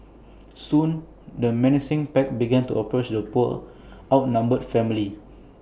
soon the menacing pack began to approach the poor outnumbered family